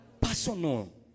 personal